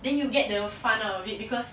then you get the fun out of it because